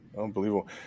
Unbelievable